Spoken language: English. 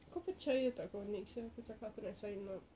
kau percaya tak kalau next year aku cakap aku nak sign up